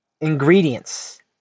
ingredients